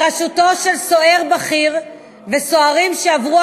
בראשותו של סוהר בכיר ועם סוהרים שעברו